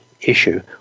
issue